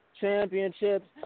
championships